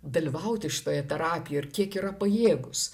dalyvauti šitoje terapijoje ir kiek yra pajėgūs